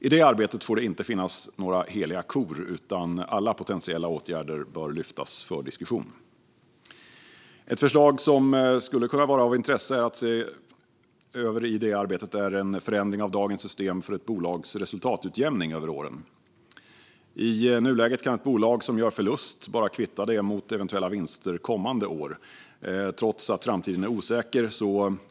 I det arbetet får det inte finnas några heliga kor, utan alla potentiella åtgärder bör lyftas för diskussion. Ett förslag som skulle kunna vara av intresse att se över i det arbetet är en förändring av dagens system för ett bolags resultatutjämning över åren. I nuläget kan ett bolag som gör förlust bara kvitta den mot eventuella vinster kommande år, trots att framtiden är osäker.